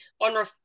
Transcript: on